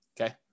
Okay